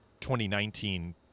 2019